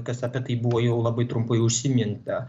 kas apie tai buvo jau labai trumpai užsiminta